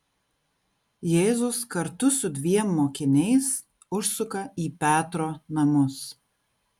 jėzus kartu su dviem mokiniais užsuka į petro namus